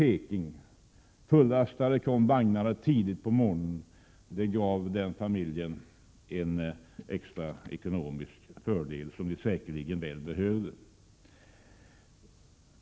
Med fullastade vagnar kom de till staden tidigt på morgonen. Det gav familjen en extra ekonomisk fördel, som den säkerligen väl behövde.